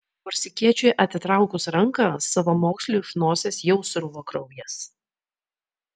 korsikiečiui atitraukus ranką savamoksliui iš nosies jau sruvo kraujas